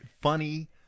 funny